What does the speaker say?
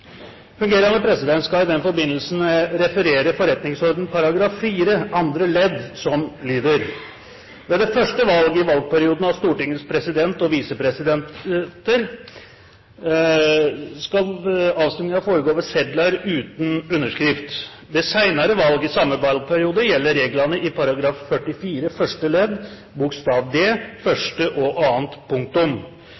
Fungerende president vil i den forbindelse referere forretningsordenens § 4 andre ledd, som lyder: «Ved det første valg i valgperioden av Stortingets president og visepresidenter foregår avstemningene ved sedler uten underskrift. Ved senere valg i samme valgperiode gjelder reglene i § 44 første ledd bokstav d